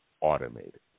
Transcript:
automated